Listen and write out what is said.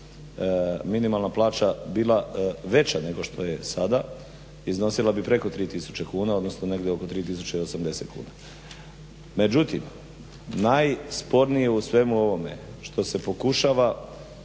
minimalna plaća nego što je sada, iznosila bi preko tri tisuće odnosno negdje oko 3080 kuna. Međutim najspornije u svemu ovome što se pokušava